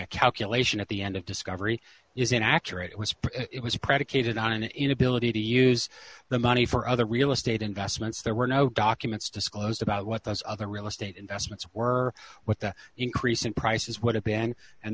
a calculation at the end of discovery is inaccurate it was it was predicated on an inability to use the money for other real estate investments there were no documents disclosed about what those other real estate investments were what the increase in prices w